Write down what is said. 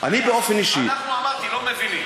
אני באופן אישי, אנחנו, אמרתי, לא מבינים.